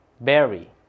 Berry